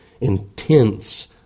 intense